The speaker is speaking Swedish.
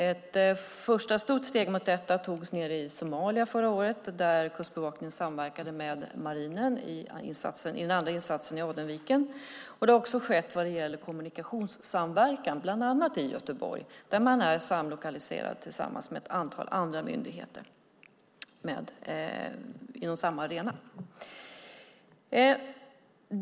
Ett första stort steg mot detta togs nere i Somalia förra året, där Kustbevakningen samverkade med marinen i den andra insatsen i Adenviken. Det har också skett vad det gäller kommunikationssamverkan bland annat i Göteborg, där man är samlokaliserad med ett antal andra myndigheter inom samma arena.